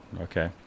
Okay